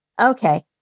Okay